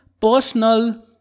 personal